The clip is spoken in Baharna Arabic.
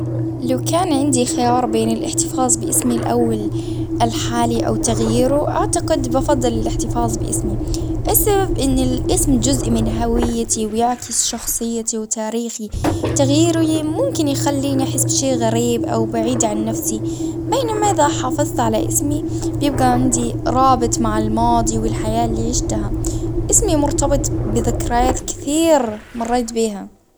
لو كان عندي خيار بين الإحتفاظ بإسمي الأول الحالي أو تغييره، أعتقد بفضل الإحتفاظ بإسمي، السبب إن الإسم جزء من هويتي ويعكس شخصيتي وتاريخي، تغييره ممكن يخليني أحس شيء غريب أو بعيد عن نفسي، بينما إذا حافظت على إسمي يبقي عندي رابط مع الماضي والحياة اللي شفتها، إسمي مرتبط كثير مريت بها.